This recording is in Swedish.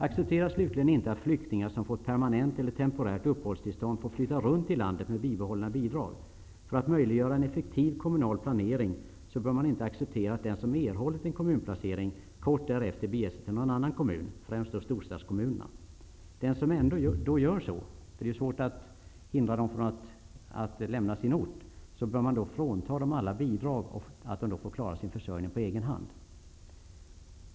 Acceptera slutligen inte att flyktingar som fått permanent eller temporärt uppehållstillstånd får flytta runt i landet med bibehållna bidrag. För att möjliggöra en effektiv kommunal planering bör man inte acceptera att den som erhållit en kommunplacering kort därefter beger sig till någon annan kommun, främst någon storstadskommun. Den som ändå gör det -- det är ju svårt att hindra någon från att lämna sin ort -- bör fråntas alla bidrag och få klara sin försörjning på egen hand.